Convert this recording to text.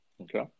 Okay